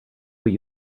what